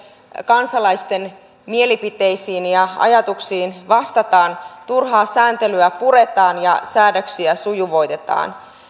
kansalaisten mielipiteisiin ja ajatuksiin vastataan turhaa sääntelyä puretaan ja säädöksiä sujuvoitetaan